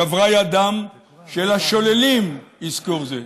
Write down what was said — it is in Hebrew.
גברה ידם של השוללים אזכור זה.